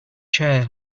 chair